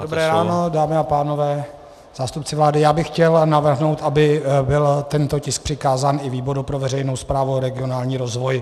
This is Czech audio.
Dobré ráno, dámy a pánové, zástupce vlády, já bych chtěl navrhnout, aby byl tento tisk přikázán i výboru pro veřejnou správu a regionální rozvoj.